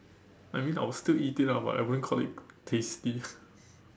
I mean I would still eat it lah but I wouldn't call it tasty